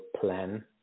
plan